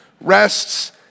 rests